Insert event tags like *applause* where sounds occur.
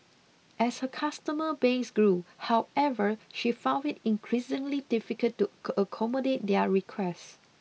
as her customer base grew however she found it increasingly difficult to *unintelligible* accommodate their requests